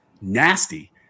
nasty